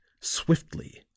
swiftly